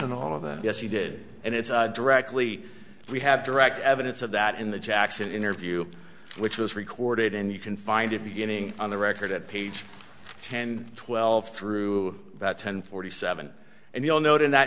then all of that yes he did and it's directly we have direct evidence of that in the jackson interview which was recorded and you can find it beginning on the record at page ten twelve through about ten forty seven and you'll note in that